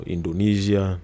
Indonesia